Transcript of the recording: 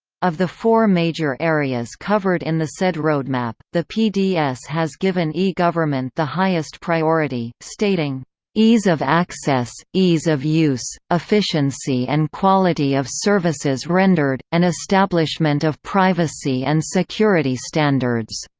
of the four major areas covered in the said roadmap, the pds has given e-government the highest priority, stating ease of access, ease of use, efficiency and quality of services rendered, and establishment of privacy and security standards